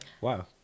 Wow